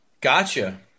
Gotcha